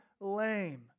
Lame